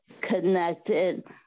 connected